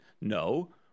No